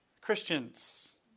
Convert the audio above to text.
Christians